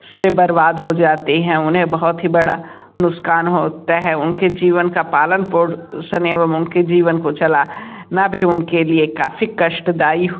फ़सले बर्बाद हो जाती हैं उन्हें बहुत ही बड़ा नुक़सान होता है उनके जीवन का पालन पोषण एवं उनके जीवन को चला ना भी उनके लिए काफ़ी कष्टदाई